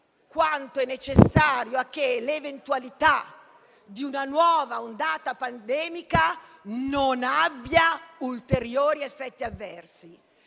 quanto è necessario affinché l'eventualità di una nuova ondata pandemica non abbia ulteriori effetti avversi.